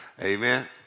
Amen